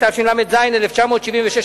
התשל"ז 1976,